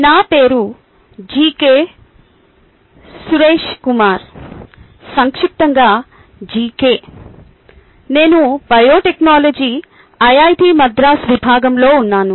నా పేరు జికె సురైష్ కుమార్ సంక్షిప్తంగా జికె నేను బయోటెక్నాలజీ ఐఐటి మద్రాస్ విభాగంలో ఉన్నాను